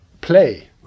play